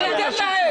אני אתן להם.